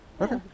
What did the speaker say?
Okay